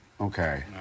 Okay